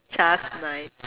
just nice